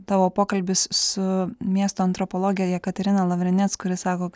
tavo pokalbis su miesto antropologe jekaterina lavrinec kuri sako kad